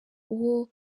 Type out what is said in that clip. uwo